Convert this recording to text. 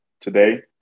today